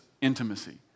intimacy